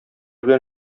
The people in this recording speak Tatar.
белән